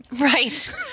Right